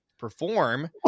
Perform